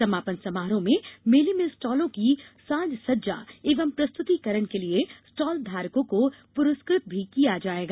समापन समारोह में मेले में स्टॉलों की साज सज्जा एवं प्रस्तुतीकरण के लिये स्टॉल धारकों को पुरस्कृत भी किया जायेगा